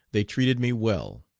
they treated me well.